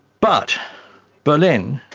but berlin,